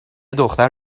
دختر